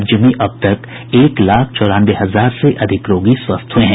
राज्य में अब तक एक लाख चौरानवे हजार से अधिक रोगी स्वस्थ हुये हैं